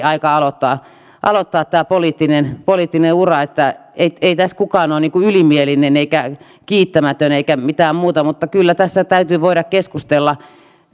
aika aloittaa aloittaa tämä poliittinen poliittinen ura että ei ei tässä kukaan ole niin kuin ylimielinen eikä kiittämätön eikä mitään muuta mutta kyllä tässä täytyy voida keskustella